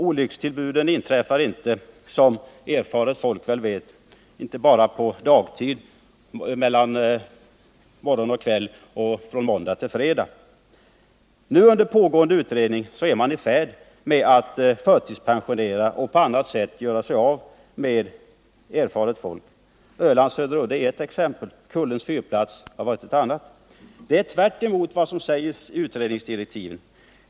Olyckstillbuden inträffar, som erfaret folk väl vet, inte bara på dagtid mellan morgon och kväll och från måndag till fredag. Under pågående utredningsarbete är man nu i färd med att förtidspensionera och på annat sätt göra sig av med erfaret folk. Det som skett på Ölands södra udde är ett exempel, och på Kullens fyrplats var det ett annat. Det är tvärtemot vad som sägs i utredningsdirektiven.